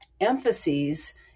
emphases